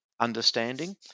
understanding